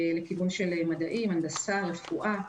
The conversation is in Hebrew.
לכיוון של מדעים, הנדסה ורפואה.